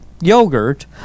yogurt